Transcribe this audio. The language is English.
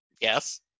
Yes